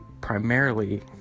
primarily